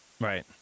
Right